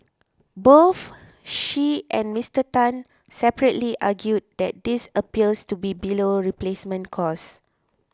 both she and Mister Tan separately argued that this appears to be below replacement cost